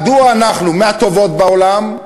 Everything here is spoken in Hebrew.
מהטובות בעולם,